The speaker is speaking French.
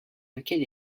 lequel